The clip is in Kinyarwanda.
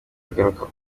agaruka